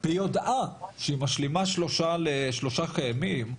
ביודעה שהיא משלימה שלושה לשלושה קיימים,